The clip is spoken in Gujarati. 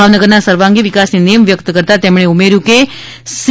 ભાવનગરના સર્વાંગી વિકાસની નેમ વ્યકત કરતા તેમણે ઉમેર્યુ કે સી